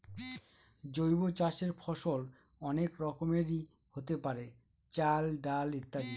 জৈব চাষের ফসল অনেক রকমেরই হতে পারে, চাল, ডাল ইত্যাদি